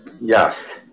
Yes